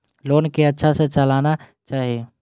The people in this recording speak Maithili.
लोन के अच्छा से चलाना चाहि?